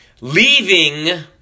leaving